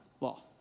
Law